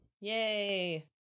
Yay